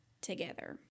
together